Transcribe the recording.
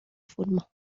forma